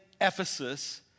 Ephesus